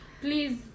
please